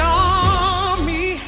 army